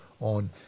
on